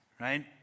Right